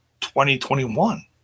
2021